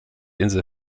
insel